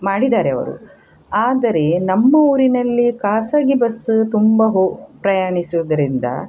ಮಾಡಿದ್ದಾರೆ ಅವರು ಆದರೆ ನಮ್ಮ ಊರಿನಲ್ಲಿ ಖಾಸಗಿ ಬಸ್ಸು ತುಂಬ ಹೋ ಪ್ರಯಾಣಿಸುವುದರಿಂದ